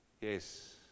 Yes